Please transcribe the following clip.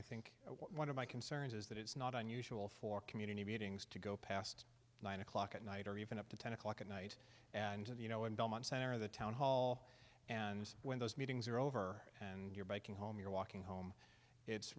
i think one of my concerns is that it's not unusual for community meetings to go past nine o'clock at night or even up to ten o'clock at night and you know in belmont center of the town hall and when those meetings are over and you're biking home you're walking home it's